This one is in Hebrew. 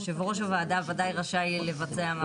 יושב ראש הוועדה וודאי רשאי לבצע משהו כזה.